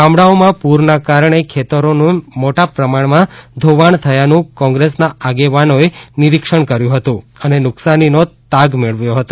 ગામડાઓમાં પૂરને કારણે ખેતરોનું મોટા પ્રમાણમાં ધોવાણ થયાનું કોંગ્રેસના આગેવાનોએ નિરીક્ષણ કર્યુ હતું અને નુકસાનીનો તાગ મેળવ્યો હતો